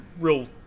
real